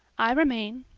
i remain,